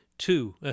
two